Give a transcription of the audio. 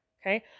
Okay